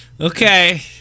Okay